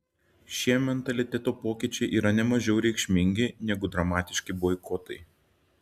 šie mentaliteto pokyčiai yra ne mažiau reikšmingi negu dramatiški boikotai